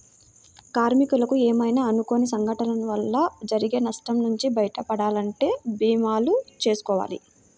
కార్మికులకు ఏమైనా అనుకోని సంఘటనల వల్ల జరిగే నష్టం నుంచి బయటపడాలంటే భీమాలు చేసుకోవాలి